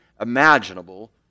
imaginable